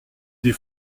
des